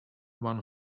one